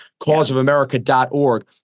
causeofamerica.org